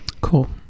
Cool